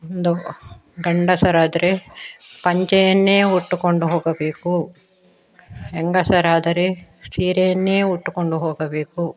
ಒಂದು ಗಂಡಸರಾದರೆ ಪಂಚೆಯನ್ನೇ ಉಟ್ಟುಕೊಂಡು ಹೋಗಬೇಕು ಹೆಂಗಸರಾದರೆ ಸೀರೆಯನ್ನೇ ಉಟ್ಟುಕೊಂಡು ಹೋಗಬೇಕು